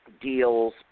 deals